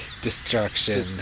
destruction